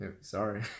sorry